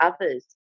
others